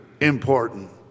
important